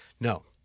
No